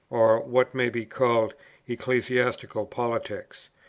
or what may be called ecclesiastical politics.